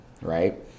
right